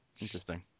Interesting